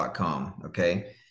Okay